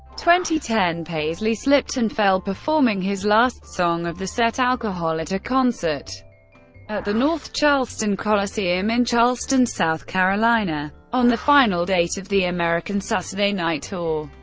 ten, paisley slipped and fell performing his last song of the set, alcohol, at a concert at the north charleston coliseum in charleston, south carolina, on the final date of the american saturday night tour.